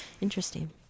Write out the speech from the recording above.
Interesting